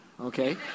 Okay